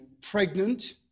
pregnant